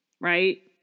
right